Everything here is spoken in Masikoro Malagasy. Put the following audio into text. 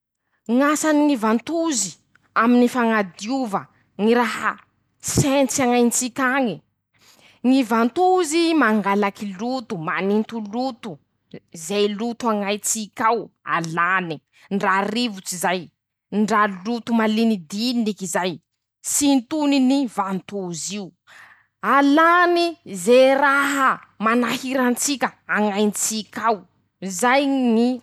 Ñ'asany ñy vantozy aminy fañadiova ñy raha sentsy añaitsika añy: ñy vantozy mangalaky loto. maninto loto ;ze loto añaitsika ao alane ;ndra rivotsy zay ndra loto malinidiniky zay. sintoniny vantozy io; alàny ze raha manahira an-tsika an-ñ'aintsika ao zay ñy.